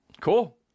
Cool